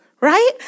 right